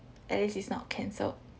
at least it's not cancelled